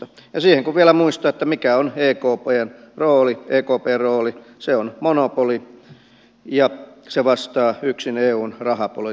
ja siinä kun vielä muistaa mikä on ekpn rooli se on monopoli ja se vastaa yksin eun rahapolitiikasta